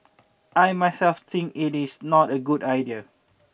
I myself think it's not a good idea